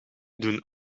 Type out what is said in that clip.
doen